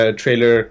trailer